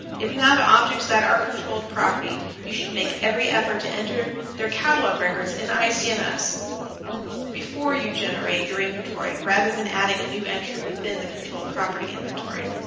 if you have objects that are controlled property, you should make every effort to enter their catalog records in icms um before you generate your inventory rather than adding a new entry within the controlled property inventory.